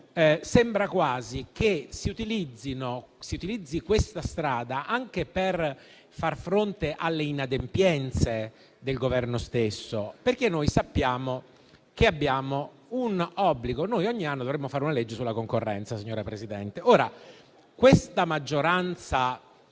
sembra quasi che si utilizzi questa strada anche per far fronte alle inadempienze del Governo stesso, perché sappiamo che abbiamo un obbligo: ogni anno dovremmo approvare una legge sulla concorrenza, signora Presidente. Questa maggioranza